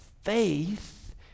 Faith